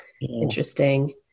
Interesting